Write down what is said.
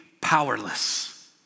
powerless